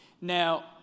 Now